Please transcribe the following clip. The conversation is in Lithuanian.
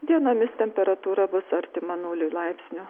dienomis temperatūra bus artima nuliui laipsnių